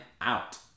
out